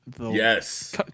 Yes